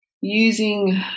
using